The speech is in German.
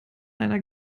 einer